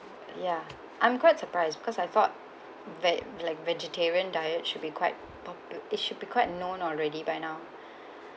ya I'm quite surprised because I thought veg~ like vegetarian diet should be quite popu~ it should be quite known already by now